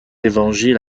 évangiles